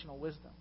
wisdom